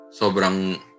sobrang